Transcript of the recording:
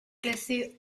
classé